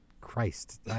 Christ